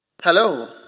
Hello